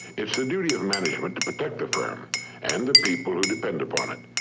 it's the duty of management to protect the firm and the people who depend upon it.